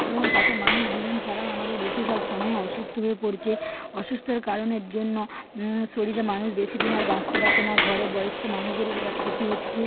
এবং তাতে মানুষ দুদিন ছাড়াই আমাদের বেশিরভাগ সময়ে অসুস্থ হয়ে পড়ছে অসুস্থের কারণের জন্য শরীরে মানুষ বেশিদিন আর বাঁচতে পারছে না ঘরে বয়স্ক মানুষদেরও বিরাট ক্ষতি হচ্ছে